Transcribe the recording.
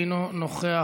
אינו נוכח,